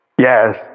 Yes